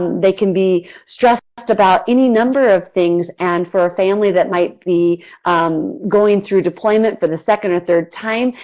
they can be stressed about any number of things and for a family that might be going through deployment for the second or third time,